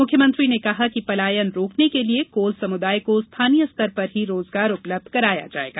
मुख्यमंत्री ने कहा कि पलायन रोकने के लिए कोल समुदाय को स्थानीय स्तर पर ही रोजगार उपलब्ध कराया जाएगा